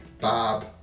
Bob